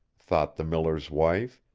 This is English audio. thought the miller's wife,